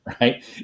Right